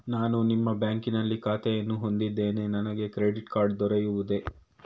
ನಾನು ನಿಮ್ಮ ಬ್ಯಾಂಕಿನಲ್ಲಿ ಖಾತೆಯನ್ನು ಹೊಂದಿದ್ದೇನೆ ನನಗೆ ಕ್ರೆಡಿಟ್ ಕಾರ್ಡ್ ದೊರೆಯುವುದೇ?